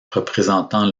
représentant